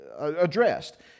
addressed